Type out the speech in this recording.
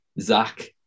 Zach